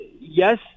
yes